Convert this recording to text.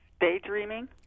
Daydreaming